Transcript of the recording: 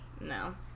No